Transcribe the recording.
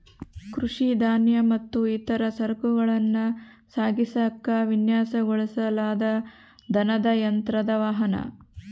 ಕೃಷಿ ಧಾನ್ಯ ಮತ್ತು ಇತರ ಸರಕುಗಳನ್ನ ಸಾಗಿಸಾಕ ವಿನ್ಯಾಸಗೊಳಿಸಲಾದ ದನದ ಯಂತ್ರದ ವಾಹನ